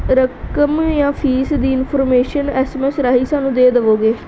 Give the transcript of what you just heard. ਰਕਮ ਜਾਂ ਫੀਸ ਦੀ ਇੰਨਫੋਰਮੇਸ਼ਨ ਐਸ ਐਮ ਐਸ ਰਾਹੀਂ ਸਾਨੂੰ ਦੇ ਦੇਵੋਗੇ